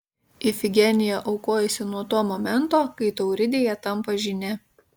ifigenija aukojasi nuo to momento kai tauridėje tampa žyne